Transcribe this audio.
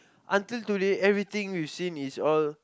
until today everything you've seen is all